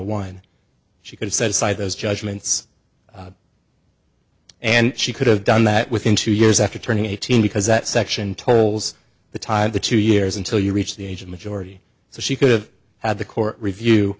one she could set aside those judgements and she could have done that within two years after turning eighteen because that section tolls the time the two years until you reach the age of majority so she could have had the court review